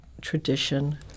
tradition